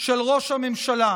של ראש הממשלה.